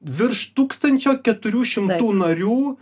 virš tūkstančio keturių šimtų narių